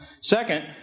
Second